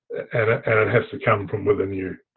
and and it has to come from within you.